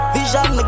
Vision